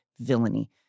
villainy